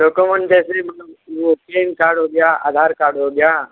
document जैसे मतलब वो पेन कार्ड हो गया आधार कार्ड हो गया